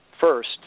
First